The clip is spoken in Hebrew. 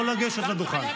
לא לגשת לדוכן.